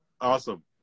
awesome